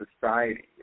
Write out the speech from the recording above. society